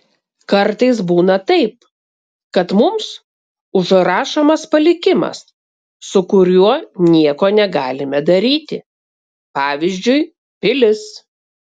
kartais būna taip kad mums užrašomas palikimas su kuriuo nieko negalime daryti pavyzdžiui pilis